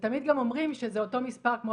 ותמיד גם אומרים שזה אותו מספר כמו